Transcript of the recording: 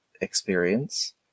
experience